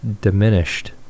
diminished